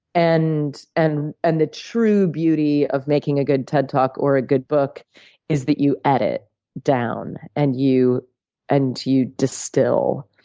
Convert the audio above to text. and and and the true beauty of making a good ted talk or a good book is that you edit down, and you and you distill.